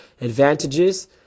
advantages